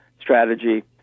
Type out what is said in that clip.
strategy